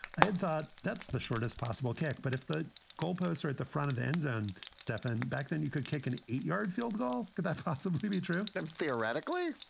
i had thought that's the shortest possible kick. but if the goalposts are at the front of the end zone, and stefan, back then you could take an eight yard field goal could that possibly be true? and theoretically,